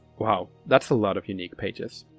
wow, that's a lot of unique pages.